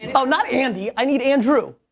oh, not andy, i need andrew.